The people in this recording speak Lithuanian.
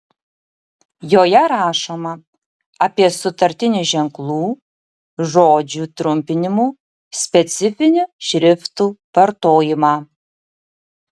joje rašoma apie sutartinių ženklų žodžių trumpinimų specifinių šriftų vartojimą